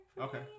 okay